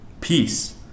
Peace